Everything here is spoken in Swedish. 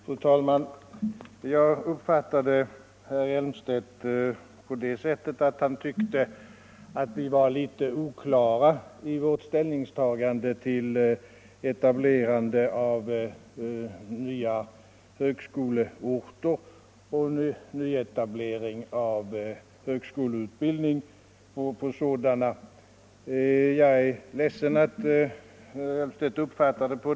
Fru talman! Jag uppfattade herr Elmstedt på det sättet att han tyckte att vi var litet oklara i vårt ställningstagande till etablerande av nya högskoleorter och nyetablering av högskoleutbildning på sådana. Jag är ledsen att herr Elmstedt uppfattar det så.